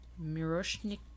Miroshnik